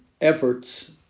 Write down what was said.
efforts